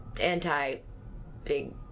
Anti-big